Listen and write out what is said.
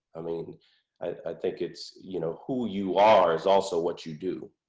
i mean i think it's you know who you are is also what you do,